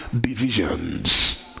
divisions